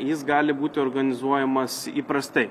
jis gali būti organizuojamas įprastai